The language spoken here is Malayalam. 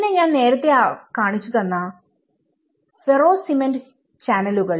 പിന്നെ ഞാൻ നേരത്തെ കാണിച്ചു തന്ന ഫെർറോ സിമന്റ് ചാനലുകൾ